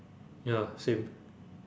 ya same